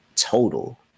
total